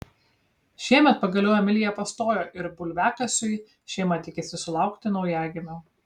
šiemet pagaliau emilija pastojo ir bulviakasiui šeima tikisi sulaukti naujagimio